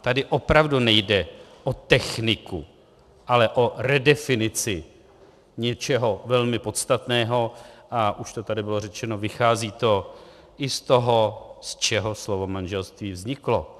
Tady opravdu nejde o techniku, ale o redefinici něčeho velmi podstatného, a už to tady bylo řečeno, vychází to i z toho, z čeho slovo manželství vzniklo.